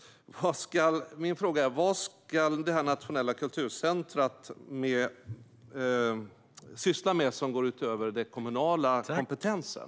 Min fråga är vad detta nationella kulturskolecentrum ska syssla med som går utöver den kommunala kompetensen.